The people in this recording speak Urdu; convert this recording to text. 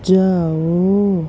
جاؤ